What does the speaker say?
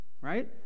right